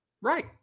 Right